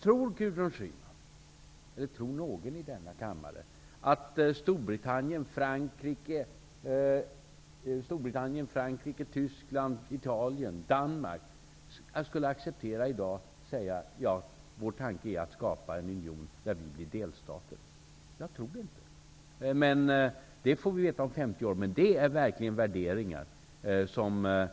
Tror Gudrun Schyman, tror någon i denna kammare, att Danmark skulle acceptera det och i dag säga: Ja, vår tanke är att skapa en union där vi blir delstater. Jag tror det inte. Det får vi veta om 50 år. Men det är verkligen värderingar som